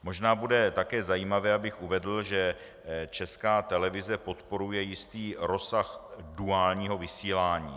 Možná bude také zajímavé, abych uvedl, že Česká televize podporuje jistý rozsah duálního vysílání.